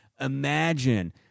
Imagine